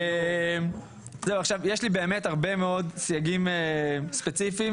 יש לי הרבה מאוד סייגים ספציפיים.